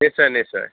নিশ্চয় নিশ্চয়